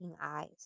eyes